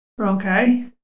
Okay